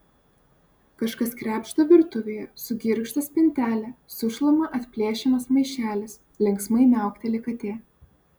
kažkas krebžda virtuvėje sugirgžda spintelė sušlama atplėšiamas maišelis linksmai miaukteli katė